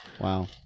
Wow